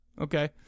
Okay